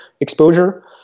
exposure